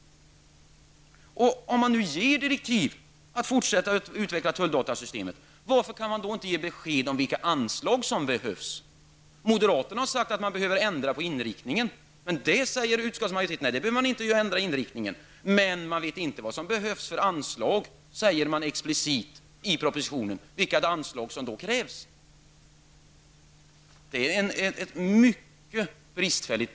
Om man nu ger direktiv om att fortsätta utvecklingen av tulldatasystemet, varför kan man då inte ge besked om vilka anslag som behövs? Moderaterna har sagt att man behöver ändra på inriktningen. Utskottsmajoriteten däremot säger att man inte behöver ändra inriktningen. Men man vet inte vad som behövs i fråga om anslag, säger man explicit i propositionen. Beslutsunderlaget är alltså mycket bristfälligt.